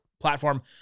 platform